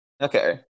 okay